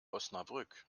osnabrück